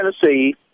tennessee